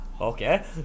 okay